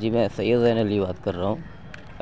جی میں سید زین علی بات کر رہا ہوں